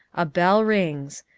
a bell rings.